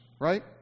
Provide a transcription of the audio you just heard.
right